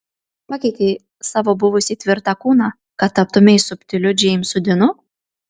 pakeitei savo buvusį tvirtą kūną kad taptumei subtiliu džeimsu dinu